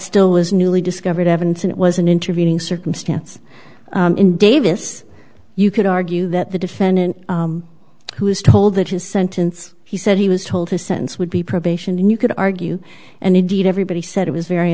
still was newly discovered evidence and it was an intervening circumstance in davis you could argue that the defendant who was told that his sentence he said he was told his sentence would be probation and you could argue and indeed everybody said it was very